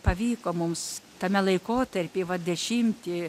pavyko mums tame laikotarpy va dešimti